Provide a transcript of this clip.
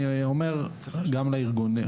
אני אומר גם לארגונים,